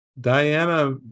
Diana